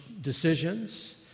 decisions